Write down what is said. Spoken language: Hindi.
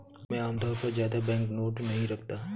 मैं आमतौर पर ज्यादा बैंकनोट नहीं रखता